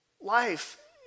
life